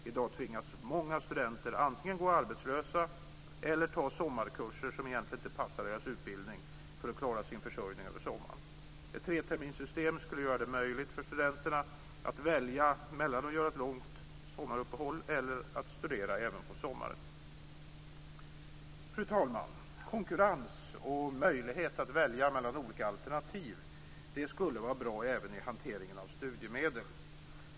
I dag tvingas många studenter antingen gå arbetslösa eller ta sommarkurser som egentligen inte passar deras utbildning för att klara sin försörjning över sommaren. Ett treterminssystem skulle göra det möjligt för studenterna att välja mellan att göra ett långt sommaruppehåll och att studera även på sommaren. Fru talman! Konkurrens och möjlighet att välja mellan olika alternativ skulle vara bra även i hanteringen av studiemedel.